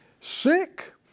sick